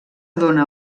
dóna